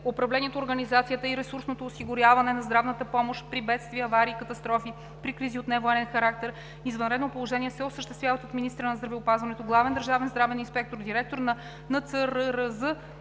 Управлението, организацията и ресурсното осигуряване на здравната помощ при бедствия, аварии и катастрофи, при кризи от невоенен характер и извънредно положение се осъществяват от министъра на здравеопазването, главния държавен здравен инспектор, директора на НЦРРЗ,